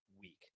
week